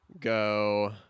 go